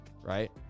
right